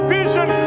vision